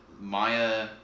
Maya